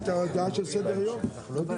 ננעלה